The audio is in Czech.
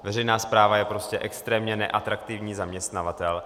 Veřejná správa je prostě extrémně neatraktivní zaměstnavatel.